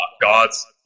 God's